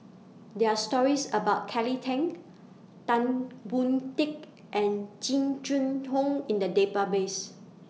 There Are stories about Kelly Tang Tan Boon Teik and Jing Jun Hong in The Database